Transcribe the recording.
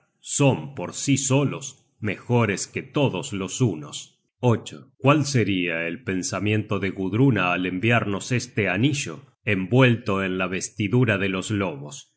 son por sí solos mejores que todos los hunos cuál seria el pensamiento de gudruna al enviarnos este anillo envuelto en la vestidura i de los lobos